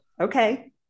Okay